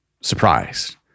surprised